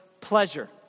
pleasure